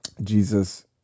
jesus